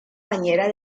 bañera